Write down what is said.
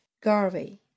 garvey